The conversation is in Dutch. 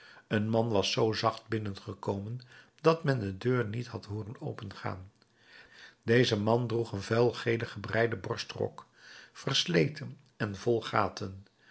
een man was zoo zacht binnengekomen dat men de deur niet had hooren opengaan deze man droeg een vuil gelen gebreiden borstrok versleten en vol gaten